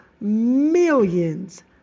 millions